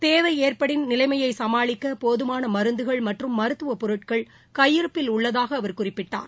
தேவை ஏற்படின் நிலைமையை சமாளிக்க போதுமான மருந்துகள் மற்றும் மருத்துவ பொருட்கள் கையிருப்பில் உள்ளதாக அவர் குறிப்பிட்டார்